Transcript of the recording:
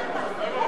יש את זה בהקלטה.